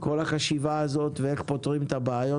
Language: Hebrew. על כל החשיבה הזאת ואיך פותרים את הבעיות